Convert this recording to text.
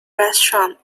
restaurant